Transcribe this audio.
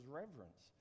reverence